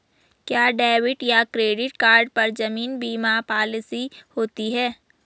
क्या डेबिट या credit card पर जीवन बीमा पॉलिसी होती है?